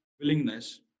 willingness